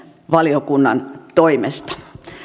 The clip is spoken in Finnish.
valiokunnan toimesta